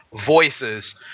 voices